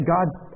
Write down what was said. God's